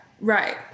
Right